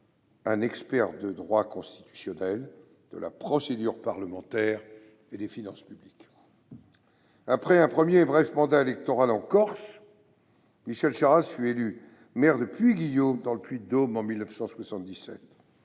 un expert du droit constitutionnel, de la procédure parlementaire et des finances publiques. Après un premier et bref mandat électoral en Corse, Michel Charasse fut élu maire de Puy-Guillaume, dans le Puy-de-Dôme, en 1977.